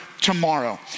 Tomorrow